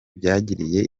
byagiriye